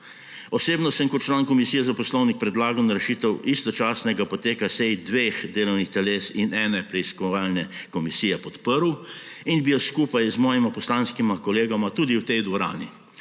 Osebno sem kot član Komisije za poslovnik predlagano rešitev istočasnega poteka sej dveh delovnih teles in ene preiskovalne komisije podprl in bi jo skupaj z mojima poslanskima kolegoma tudi v tej dvorani.